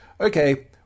okay